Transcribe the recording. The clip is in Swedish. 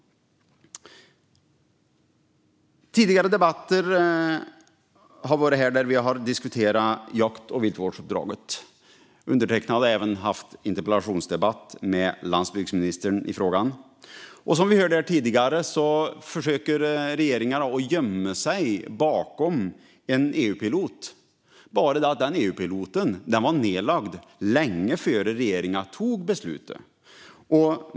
Vi har diskuterat jakt och viltvårdsuppdraget i tidigare debatter. Undertecknad har även haft en interpellationsdebatt med landsbygdsministern om frågan. Och som vi hörde tidigare försöker regeringen gömma sig bakom en EU-pilot. Det är bara det att den EU-piloten var nedlagd långt innan regeringen fattade det beslutet.